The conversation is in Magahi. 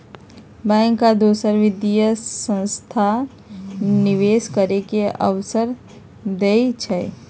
बैंक आ दोसर वित्तीय संस्थान निवेश करे के अवसर देई छई